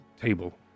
table